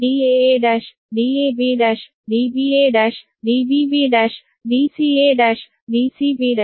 ಆದ್ದರಿಂದ Daa1 Dab1 Dba1 Dbb1 Dca1 Dcb1